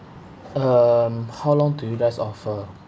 um how long do you guys offer